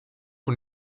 von